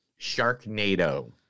Sharknado